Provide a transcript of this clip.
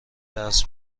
درس